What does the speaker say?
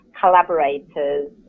collaborators